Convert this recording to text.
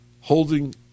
holding